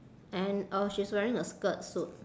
and uh she's wearing a skirt suit